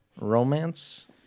romance